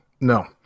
No